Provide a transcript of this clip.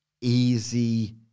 easy